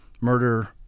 murder